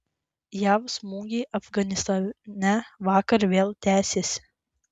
jav smūgiai afganistane vakar vėl tęsėsi